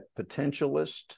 Potentialist